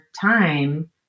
time